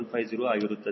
150 ಆಗಿರುತ್ತದೆ